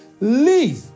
leave